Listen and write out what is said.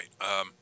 right